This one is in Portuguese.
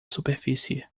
superfície